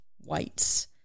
whites